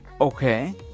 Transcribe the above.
Okay